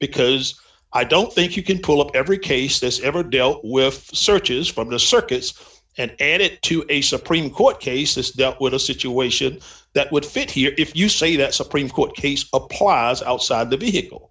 because i don't think you can pull up every case this ever dealt with searches from the circuits and it to a supreme court case this dealt with a situation that would fit here if you say that supreme court case a positive side the vehicle